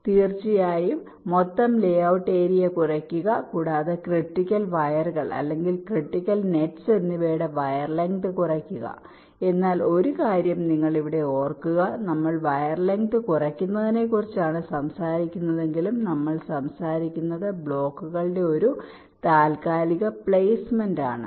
ലക്ഷ്യം തീർച്ചയായും മൊത്തം ലേ ഔട്ട് ഏരിയ കുറയ്ക്കുക കൂടാതെ ക്രിട്ടിക്കൽ വയറുകൾ അല്ലെങ്കിൽ ക്രിട്ടിക്കൽ നെറ്റ്സ് എന്നിവയുടെ വയർ ലെങ്ത് കുറയ്ക്കുക എന്നാൽ ഒരു കാര്യം നിങ്ങൾ ഇവിടെ ഓർക്കുക നമ്മൾ വയർ ലെങ്ത് കുറയ്ക്കുന്നതിനെക്കുറിച്ചാണ് സംസാരിക്കുന്നതെങ്കിലും നമ്മൾ സംസാരിക്കുന്നത് ബ്ലോക്കുകളുടെ ഒരു താൽക്കാലിക പ്ലേസ്മെന്റ് ആണ്